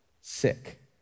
sick